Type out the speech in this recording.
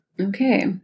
Okay